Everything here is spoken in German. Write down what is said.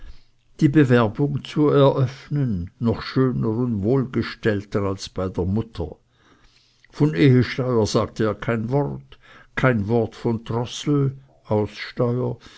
die bewerbung zu eröffnen noch schöner und wohlgestellter als bei der mutter von ehesteuer sagte er kein wort kein wort von trossel